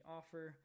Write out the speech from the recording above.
offer